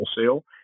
wholesale